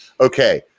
okay